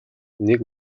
нэг